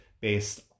based